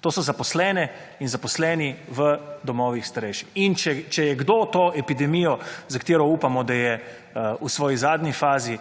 To so zaposlene in zaposleni v domovih starejših. In če je kdo to epidemijo, za katero upamo, da je v svoji zadnji fazi,